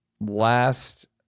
last